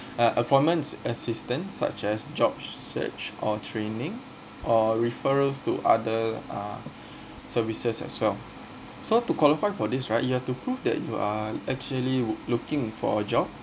uh appointments assistant such as jobs search or training or referrals to other uh services as well so to qualify for this right you have to prove that you are actually would looking for a job